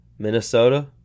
Minnesota